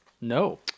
No